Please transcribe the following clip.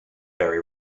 very